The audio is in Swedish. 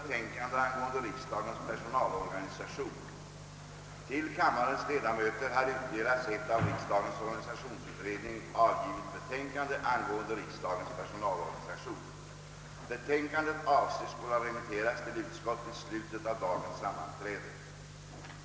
Till kammarens ledamöter har utdelats ett av riksdagens organisationsutredning avgivet betänkande angående riksdagens personalorganisation. Betänkandet avses skola remitteras till utskott vid slutet av dagens sammanträde.